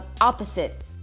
opposite